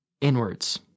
inwards